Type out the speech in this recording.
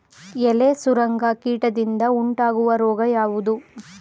ಎಲೆ ಸುರಂಗ ಕೀಟದಿಂದ ಉಂಟಾಗುವ ರೋಗ ಯಾವುದು?